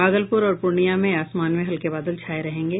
भागलपूर और पूर्णियां में आसमान में हल्के बादल छाये रहेंगे